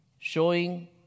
Showing